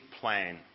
plan